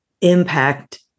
impact